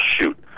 shoot